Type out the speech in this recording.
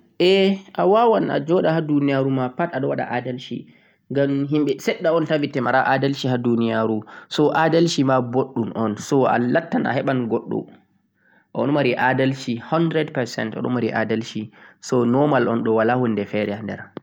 Awawan ajoɗa ha duniyaru boo awaɗa adalci, ngam himɓe seɗɗa tan mara adalci ha duniyaru. Adalci boɗɗun on bo wodi himɓe adili en